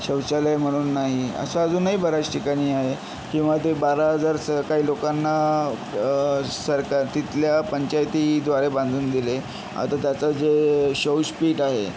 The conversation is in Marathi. शौचालय म्हणून नाही असं अजूनही बऱ्याच ठिकाणी आहे किंवा ते बारा हजारचं काही लोकांना सरकार तिथल्या पंचायतीद्वारे बांधून दिले आता त्याचं जे शौशपीट आहे